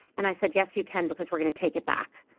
and i said, yes, you can because we're going to take it back.